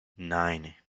nine